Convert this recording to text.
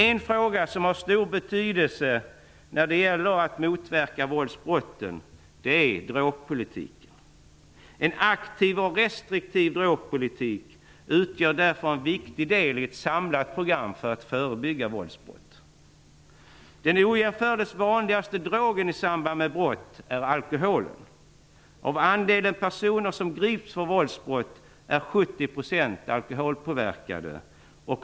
En fråga som har stor betydelse när det gäller att motverka våldsbrotten är drogpolitiken. En aktiv och restriktiv drogpolitik utgör därför en viktig del i ett samlat program för att förebygga våldsbrott. Den ojämförligt vanligaste drogen i samband med brott är alkoholen. Av de personer som grips för våldsbrott är 70 % alkoholpåverkade.